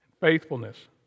faithfulness